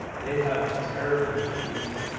they have terrible issues